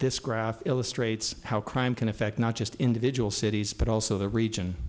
graph illustrates how crime can affect not just individual cities but also the region